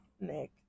Nick